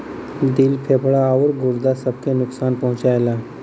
दिल फेफड़ा आउर गुर्दा सब के नुकसान पहुंचाएला